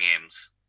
games